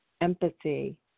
empathy